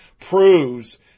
proves